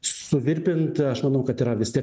suvirpint aš manau kad yra vis tiek